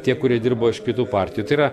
tie kurie dirbo iš kitų partijų tai yra